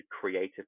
creative